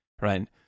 Right